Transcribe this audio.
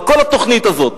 על כל התוכנית הזאת.